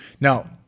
Now